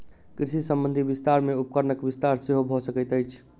कृषि संबंधी विस्तार मे उपकरणक विस्तार सेहो भ सकैत अछि